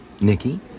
Nicky